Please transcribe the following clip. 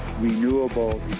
renewable